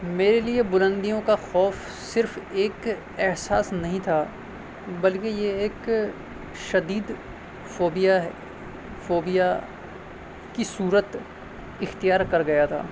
میرے لیے بلندیوں کا خوف صرف ایک احساس نہیں تھا بلکہ یہ ایک شدید فوبیا ہے فوبیا کی صورت اختیار کر گیا تھا